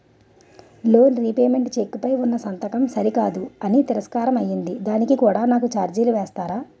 Loan repayment cheque పై ఉన్నా సంతకం సరికాదు అని తిరస్కారం అయ్యింది దానికి కూడా నాకు ఛార్జీలు వేస్తారా?